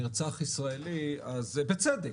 נרצח ישראלי, אז, בצדק,